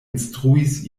instruis